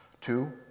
Two